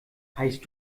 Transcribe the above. heißt